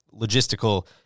logistical